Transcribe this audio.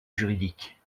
juridique